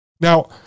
Now